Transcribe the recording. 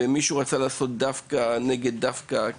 שמישהו רצה לעשות דווקא כנגד דווקא.